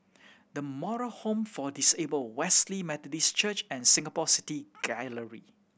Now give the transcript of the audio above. The Moral Home for Disabled Wesley Methodist Church and Singapore City Gallery